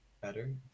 better